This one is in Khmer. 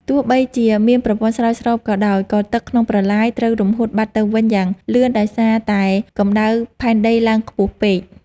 ទោះបីជាមានប្រព័ន្ធស្រោចស្រពក៏ដោយ ក៏ទឹកក្នុងប្រឡាយត្រូវរំហួតបាត់ទៅវិញយ៉ាងលឿនដោយសារតែកម្ដៅផែនដីឡើងខ្ពស់ពេក។